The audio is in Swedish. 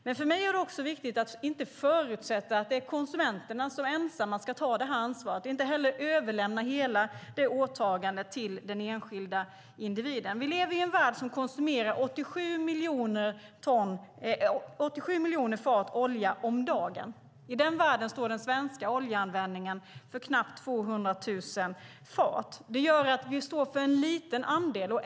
Men för mig är det också viktigt att inte förutsätta att det är konsumenterna som ensamma ska ta det här ansvaret och att vi inte heller ska överlämna hela det åtagandet till den enskilda individen. Vi lever i en värld som konsumerar 87 miljoner fat olja om dagen. I den världen står den svenska oljeanvändningen för knappt 200 000 fat. Det gör att vi står för en liten andel.